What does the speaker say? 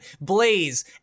Blaze